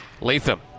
Latham